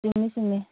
ꯆꯨꯝꯃꯤ ꯆꯨꯝꯃꯤ